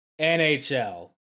NHL